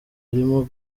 arimo